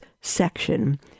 section